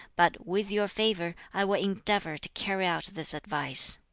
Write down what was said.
but with your favor i will endeavor to carry out this advice.